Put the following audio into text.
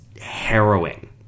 harrowing